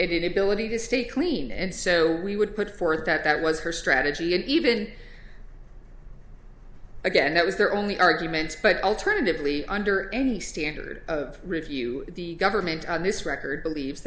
ability to stay clean and so we would put forth that that was her strategy and even again that was their only argument but alternatively under any standard of review the government on this record believes